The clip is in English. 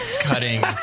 cutting